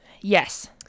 Yes